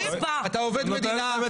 אתה עובד מדינה.